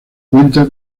cuenta